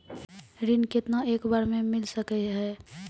ऋण केतना एक बार मैं मिल सके हेय?